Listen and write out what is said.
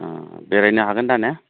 अ बेरायनो हागोन दा ने